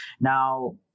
Now